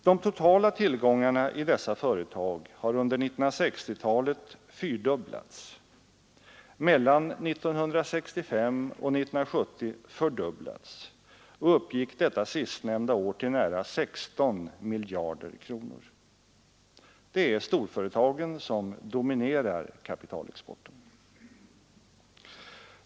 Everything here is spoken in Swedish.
De totala tillgångarna i dessa företag har under 1960-talet fyrdubblats, mellan 1965 och 1970 fördubblats och uppgick detta sistnämnda år till nära 16 miljarder kronor. Det är storföretagen som dominerar kapitalexporten.